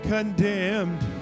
Condemned